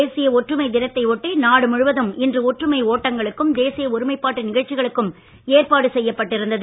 தேசிய ஒற்றுமை தினத்தை ஒட்டி நாடு முழுவதும் இன்று ஒற்றுமை ஓட்டங்களுக்கும் தேசிய ஒருமைப்பாட்டு நிகழ்ச்சிகளுக்கும் ஏற்பாடு செய்யப்பட்டு இருந்தது